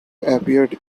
appeared